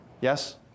yes